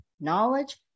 knowledge